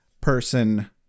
person